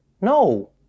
no